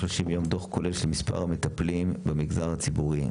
30 יום דו"ח כולל של מספר המטפלים במגזר הציבורי,